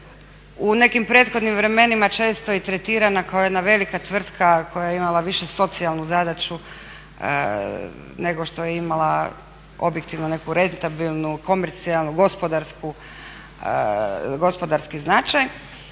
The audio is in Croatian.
u nekim prethodnim vremenima često i tretirana kao jedna velika tvrtka koja je imala više socijalnu zadaću nego što je imala objektivno neku rentabilnu, komercijalnu, gospodarski značaj.